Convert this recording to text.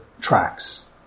tracks